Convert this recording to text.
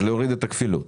להוריד את הכפילות.